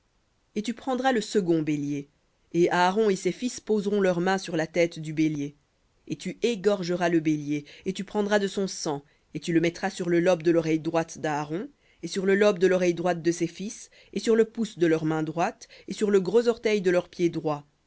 et tu prendras le second bélier et aaron et ses fils poseront leurs mains sur la tête du bélier et tu égorgeras le bélier et tu prendras de son sang et tu le mettras sur le lobe de l'oreille droite d'aaron et sur le lobe de l'oreille droite de ses fils et sur le pouce de leur main droite et sur le gros orteil de leur pied droit